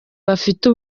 bafite